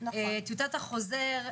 טיוטת החוזר.